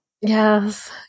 Yes